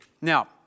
Now